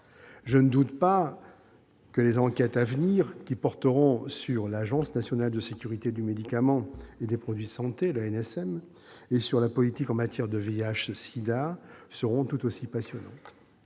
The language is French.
Je ne doute pas que les enquêtes à venir, qui porteront sur l'Agence nationale de sécurité du médicament et des produits de santé, l'ANSM, et sur la politique en matière de lutte contre le VIH-sida seront tout aussi passionnantes.